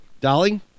darling